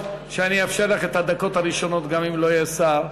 שאני אאפשר לך את הדקות הראשונות גם אם לא יהיה שר,